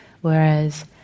Whereas